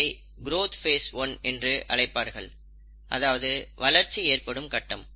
இதை growth phase 1 என்றும் அழைப்பார்கள் அதாவது வளர்ச்சி ஏற்படும் கட்டம்